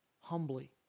humbly